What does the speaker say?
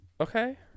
Okay